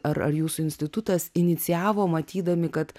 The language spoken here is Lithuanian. ar ar jūsų institutas inicijavo matydami kad